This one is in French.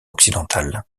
occidentale